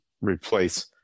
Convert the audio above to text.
replace